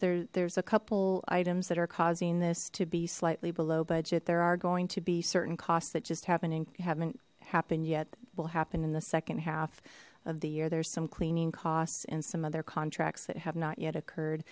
there there's a couple items that are causing this to be slightly below budget there are going to be certain costs that just happening haven't happened yet will happen in the second half of the year there's some cleaning costs and some other contracts that have not yet occurred